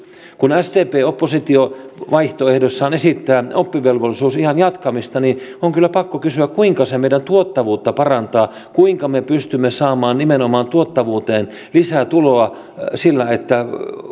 kun sdp oppositiovaihtoehdossaan esittää oppivelvollisuusiän jatkamista niin on kyllä pakko kysyä kuinka se meidän tuottavuutta parantaa kuinka me pystymme saamaan nimenomaan tuottavuuteen lisätuloa sillä että